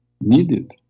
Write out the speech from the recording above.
Needed